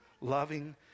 loving